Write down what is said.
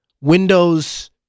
Windows